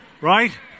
Right